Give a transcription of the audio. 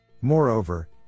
Moreover